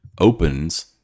opens